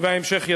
וההמשך ידוע.